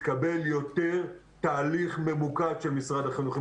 תקבל יותר תהליך ממוקד של משרד החינוך.